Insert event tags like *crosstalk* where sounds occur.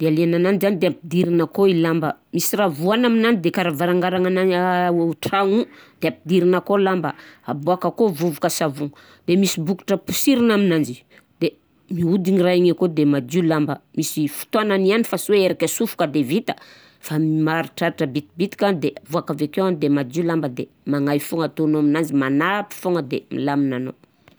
deliegnananjy zany de ampidirana akao i lamba, misy raha voana aminany de karaha varangaragnanan- *hesitation* ô tragno o, de ampidirana akao lamba, aboaka akao vovoka savogno de misy bokotra posirina aminanjy de miodigna raha igny akao de madio lamba, misy fotoanany ihany fa sy hoe erika asofoka de vita fa *hesitation* maharitraritra bitibitika de voaka avekeo an de madio lamba de manahy foana ataonao aminanzy de manapy fô de milamina anao.